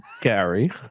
Gary